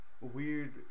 weird